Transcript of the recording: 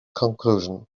conclusion